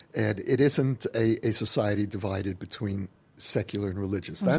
and it isn't a a society divided between secular and religious.